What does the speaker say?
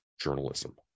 journalism